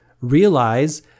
realize